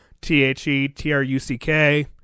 T-H-E-T-R-U-C-K